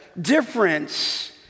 difference